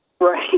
Right